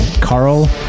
carl